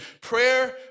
prayer